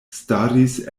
staris